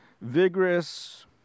vigorous